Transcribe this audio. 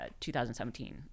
2017